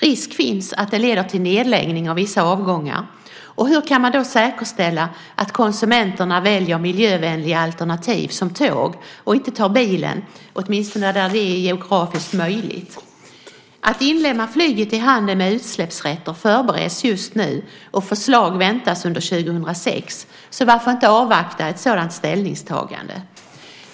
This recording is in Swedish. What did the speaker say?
Risken finns att det leder till nedläggning av vissa avgångar. Hur kan man då säkerställa att konsumenterna väljer miljövänliga alternativ, till exempel tåget, och inte tar bilen, åtminstone när det är geografiskt möjligt? Att inlemma flyget i handeln med utsläppsrätter är något som just nu förbereds. Förslag väntas under år 2006, så varför inte avvakta ett sådant ställningstagande?